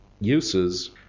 uses